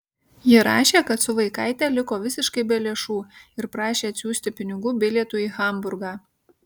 ji rašė kad su vaikaite liko visiškai be lėšų ir prašė atsiųsti pinigų bilietui į hamburgą